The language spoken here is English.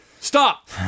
stop